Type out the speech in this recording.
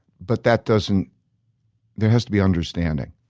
but that doesn't there has to be understanding.